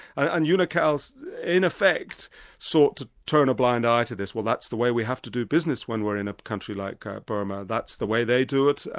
and unical so in effect sought to turn a blind eye to this well that's the way we have to do business when we're in a country like ah burma, that's the way they do it,